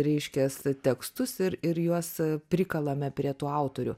reiškias tekstus ir ir juos prikalame prie tų autorių